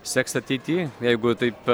seks ateity jeigu taip